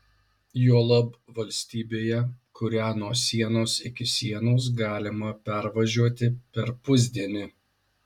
juolab valstybėje kurią nuo sienos iki sienos galima pervažiuoti per pusdienį